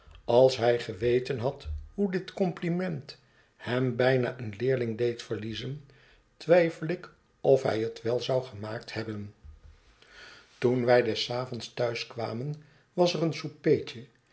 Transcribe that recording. als hij geweten had hoe dit compliment hem bijna een leerling deed verliezen twijfel ik of hij het wel zou gemaakt hebben toen wij des avonds thuis kwamen was er een